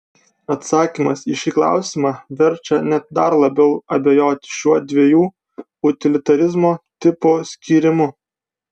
atsakymas į šį klausimą verčia net dar labiau abejoti šiuo dviejų utilitarizmo tipų skyrimu